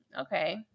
okay